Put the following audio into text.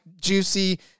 juicy